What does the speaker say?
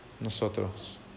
nosotros